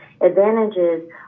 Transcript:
advantages